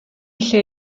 lle